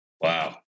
Wow